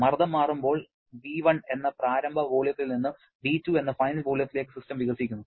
മർദ്ദം മാറുമ്പോൾ V1 എന്ന പ്രാരംഭ വോള്യത്തിൽ നിന്ന് V2 എന്ന ഫൈനൽ വോള്യത്തിലേക്ക് സിസ്റ്റം വികസിക്കുന്നു